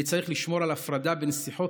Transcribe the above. אני צריך לשמור על הפרדה בין שיחות